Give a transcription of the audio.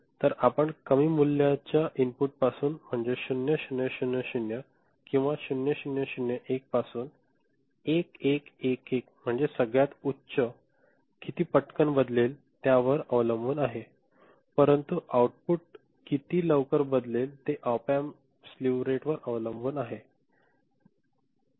तर आपण कमी मूल्यच्या इनपुट पासून म्हणजे 0000 किंवा 0001 पासून 1111 म्हणजे सगळ्यात उच्च किती पटकन बदलेल त्या वर अवलंबून आहे परंतु आउट पुट किती लवकर बदलेल ते ऑप अॅम्प स्लीव्ह रेट वर अवलंबून आहे दर